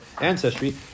ancestry